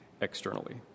externally